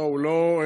בואו, לא.